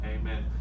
Amen